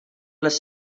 les